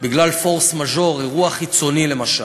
בגלל פורס מז'ור, אירוע חיצוני למשל.